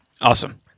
Awesome